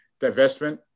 divestment